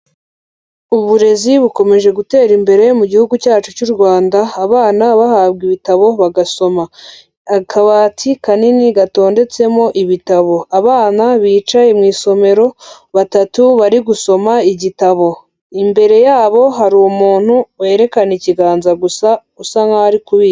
Uburezi bukomeje gutera imbere mu gihugu cyacu cy'u Rwanda abana bahabwa ibitabo bagasoma. akabati kanini gatondetsemo ibitabo, abana bicaye mu isomero batatu bari gusoma igitabo, imbere yabo hari umuntu werekana ikiganza gusa usa nkaho ari kubika.